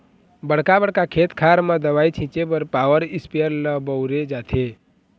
बड़का बड़का खेत खार म दवई छिंचे बर पॉवर इस्पेयर ल बउरे जाथे